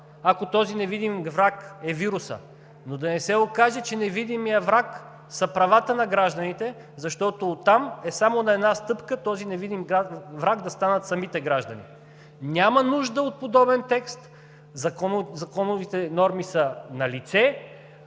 ако този невидим враг е вирусът, но да не се окаже, че невидимият враг са правата на гражданите, защото оттам е само на една стъпка този невидим враг да станат самите граждани. Няма нужда от подобен текст – законовите норми са налице!